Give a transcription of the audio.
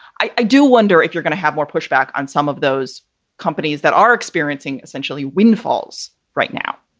i i do wonder if you're going to have more pushback on some of those companies that are experiencing essentially windfalls right now.